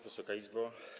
Wysoka Izbo!